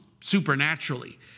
supernaturally